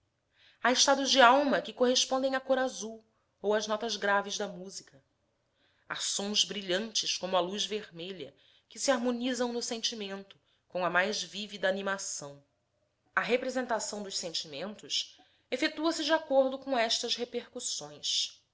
há estados dalma que correspondem à cor azul ou às notas graves da música há sons brilhantes como a luz vermelha que se harmonizam no sentimento com a mais vivida animação a representação dos sentimentos efetua se de acordo com estas repercussões